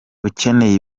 ukeneye